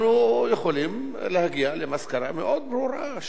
אנחנו יכולים להגיע למסקנה מאוד ברורה,